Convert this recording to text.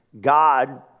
God